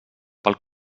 pel